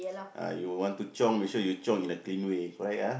uh you want to chiong make sure you chiong in a clean way correct ah